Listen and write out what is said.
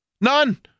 none